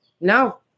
no